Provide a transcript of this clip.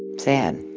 sad.